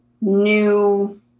new